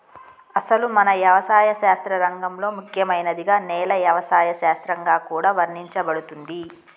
అసలు మన యవసాయ శాస్త్ర రంగంలో ముఖ్యమైనదిగా నేల యవసాయ శాస్త్రంగా కూడా వర్ణించబడుతుంది